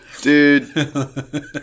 Dude